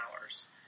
hours